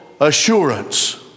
assurance